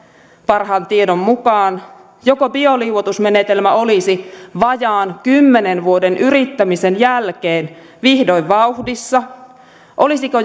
parhaan tiedon mukaan joko bioliuotusmenetelmä olisi vajaan kymmenen vuoden yrittämisen jälkeen vihdoin vauhdissa olisiko